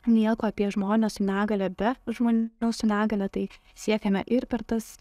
nieko apie žmones su negalia be žmonių su negalia tai siekiame ir per tas